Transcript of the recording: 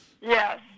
Yes